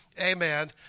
amen